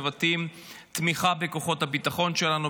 מבטאים תמיכה בכוחות הביטחון שלנו,